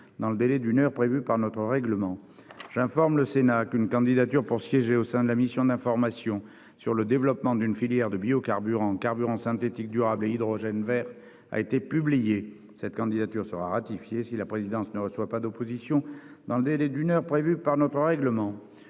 dans le délai d'une heure prévu par notre règlement. J'informe le Sénat qu'une candidature pour siéger au sein de la mission d'information sur le développement d'une filière de biocarburants, carburants synthétiques durables et hydrogène vert a été publiée. Cette candidature sera ratifiée si la présidence ne reçoit pas d'opposition dans le délai d'une heure prévu par notre règlement.